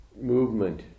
movement